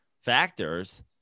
factors